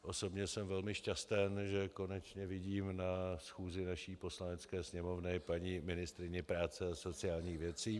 Osobně jsem velmi šťasten, že konečně vidím na schůzi naší Poslanecké sněmovny paní ministryni práce a sociálních věcí.